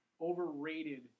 overrated